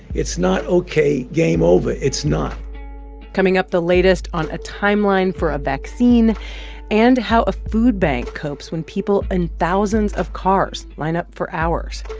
it's not ok game over. it's not coming up, the latest on a timeline for a vaccine and how a food bank copes when people and thousands of cars line up for hours.